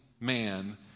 man